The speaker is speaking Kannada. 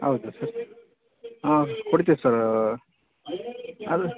ಹೌದಾ ಸರ್ ಹಾಂ ಕೊಡ್ತಿವಿ ಸರ್ ಅದು